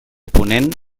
ponent